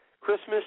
Christmas